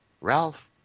Ralph